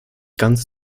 ganz